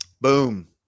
Boom